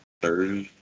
Thursday